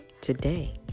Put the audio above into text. today